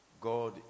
God